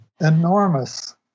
enormous